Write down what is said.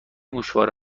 گوشواره